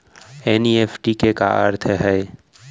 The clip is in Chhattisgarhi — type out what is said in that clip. एन.ई.एफ.टी के का अर्थ है?